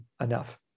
enough